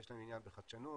יש להם עניין בחדשנות,